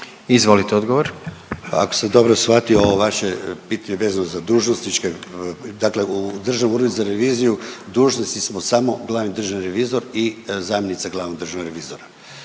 Ivan** Ako sam dobro shvatio vaše pitanje vezano za dužnosničke, dakle u Državnom uredu za reviziju dužnosnici smo samo glavni državni revizor i zamjenica glavnog državnog revizora.